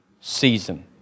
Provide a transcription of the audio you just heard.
season